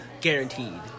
guaranteed